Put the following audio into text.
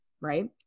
right